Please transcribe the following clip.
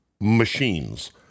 machines